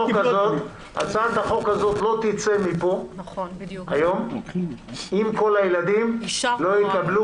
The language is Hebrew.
הצעת חוק זו לא תצא מפה היום אם כל הילדים לא יקבלו.